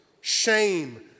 shame